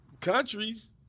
countries